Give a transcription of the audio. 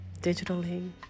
digitally